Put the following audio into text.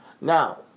Now